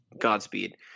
Godspeed